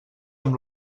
amb